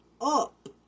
up